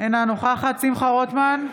אינה נוכחת שמחה רוטמן,